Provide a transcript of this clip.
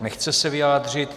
Nechce se vyjádřit.